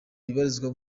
ibarizwa